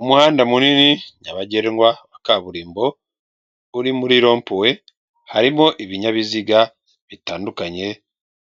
Umuhanda munini nyabagendwa wa kaburimbo uri muri rompuwe, harimo ibinyabiziga bitandukanye